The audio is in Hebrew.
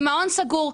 במעון סגור,